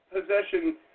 possession